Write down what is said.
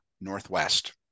Northwest